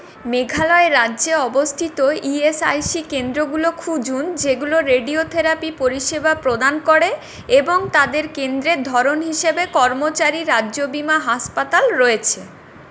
মেঘালয় রাজ্যে অবস্থিত ইএসআইসি কেন্দ্রগুলো খুঁজুন যেগুলো রেডিওথেরাপি পরিষেবা প্রদান করে এবং তাদের কেন্দ্রের ধরন হিসাবে কর্মচারী রাজ্য বিমা হাসপাতাল রয়েছে